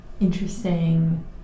interesting